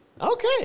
Okay